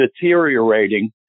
deteriorating